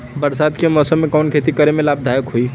बरसात के मौसम में कवन खेती करे में लाभदायक होयी?